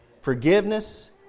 Forgiveness